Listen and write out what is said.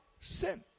sin